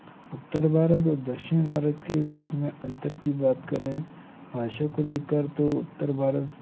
उत्तर भारत और दक्षिण भारत के बीच में अंतर की बात करें भाषा को लेकर तो उत्तर भारत